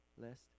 list